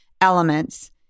elements